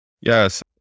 Yes